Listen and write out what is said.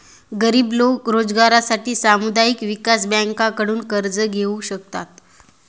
गरीब लोक रोजगारासाठी सामुदायिक विकास बँकांकडून कर्ज घेऊ शकतात